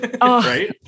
Right